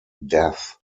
death